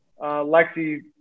Lexi